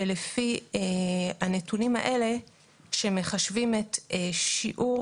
ולפי הנתונים האלה שמחשבים את שיעור